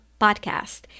podcast